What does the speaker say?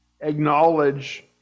acknowledge